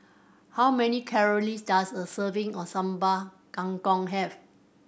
how many calories does a serving of Sambal Kangkong have